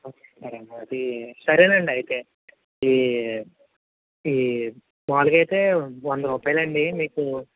okay అది సరే అండి అయితే ఈ ఈ మామూలుగా అయితే వంద రూపాయలు అండి మీకు